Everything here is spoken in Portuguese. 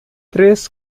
três